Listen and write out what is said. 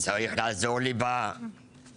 צריך לעזור לי בשירותים,